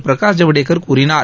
பிரகாஷ் ஜவ்டேகர் கூறினார்